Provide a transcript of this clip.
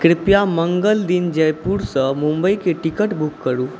कृपया मङ्गल दिन जयपुरसँ मुम्बइके टिकट बुक करू